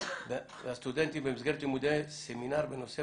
בוועדות בכנסת